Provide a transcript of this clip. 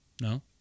No